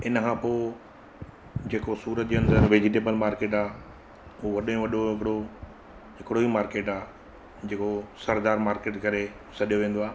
इनखां पोइ जेको सूरत जे अंदरु वेजीटेबल मार्किट आहे उहो वॾे में वॾो हिकिड़ो हिकिड़ो ई मार्किट आहे जेको सरदार मार्किट करे सॾियो वेंदो आहे